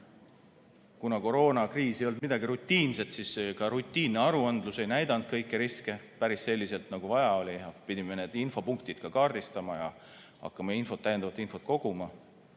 kuna koroonakriis ei olnud midagi rutiinset, siis rutiinne aruandlus ei näidanud kõiki riske päris selliselt, nagu vaja oli, pidime need infopunktid ka kaardistama ja hakkama täiendavat infot koguma